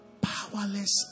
powerless